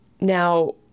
Now